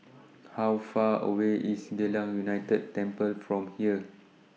How Far away IS Geylang United Temple from here